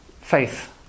faith